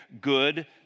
good